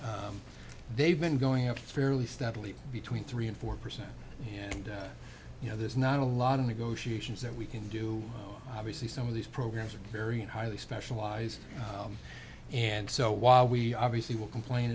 they've been going up fairly steadily between three and four percent and you know there's not a lot of negotiations that we can do obviously some of these programs are very highly specialized and so while we obviously will complain